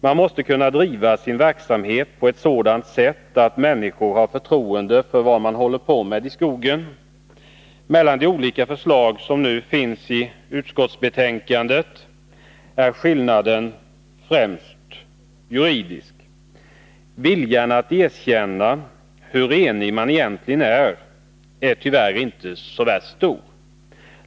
Man måste kunna driva sin verksamhet på ett sådant sätt att människor har förtroende för vad man håller på med i skogen. Mellan de olika förslag som nu finns i utskottsbetänkandet är skillnaderna främst juridiska. Viljan att erkänna hur enig man egentligen är, den är tyvärr inte så värst stor.